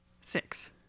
six